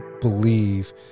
believe